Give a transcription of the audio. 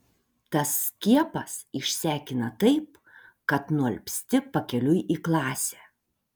tas skiepas išsekina taip kad nualpsti pakeliui į klasę